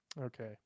Okay